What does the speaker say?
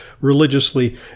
religiously